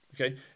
okay